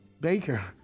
Baker